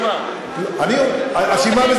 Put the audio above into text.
המשטרה אשמה?